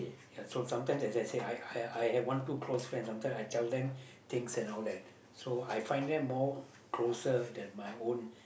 ya so sometimes as I say I I I have one two close friends sometime I tell them things and all that so I find them more closer than my own